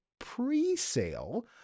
presale